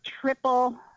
triple